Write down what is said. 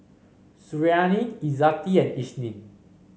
Suriani Izzati and Isnin